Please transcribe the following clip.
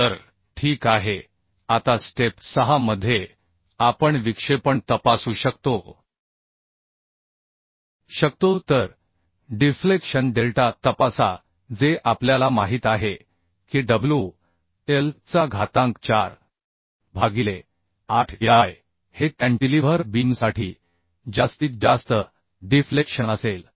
तर ठीक आहे आता स्टेप 6 मध्ये आपण विक्षेपण तपासू शकतो शकतो तर डिफ्लेक्शन डेल्टा तपासा जे आपल्याला माहित आहे की wl च घातांक 4 भागिले 8 EI हे कॅन्टिलीव्हर बीमसाठी जास्तीत जास्त डिफ्लेक्शन असेल